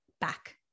back